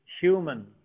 human